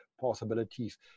possibilities